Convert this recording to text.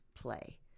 play